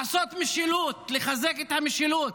לעשות משילות, לחזק את המשילות.